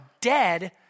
dead